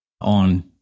on